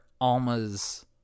Alma's